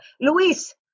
Luis